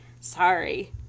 sorry